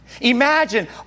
Imagine